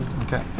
Okay